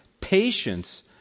patience